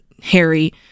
Harry